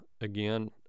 again